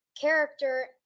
character